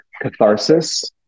catharsis